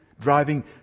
Driving